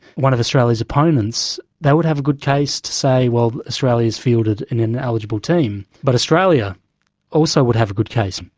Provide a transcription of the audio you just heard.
one of australia's opponents, they would have a good case to say, well, australia has fielded an ineligible team. but australia also would have a good case.